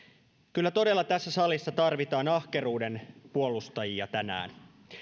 kyllä todella tässä salissa tarvitaan ahkeruuden puolustajia tänään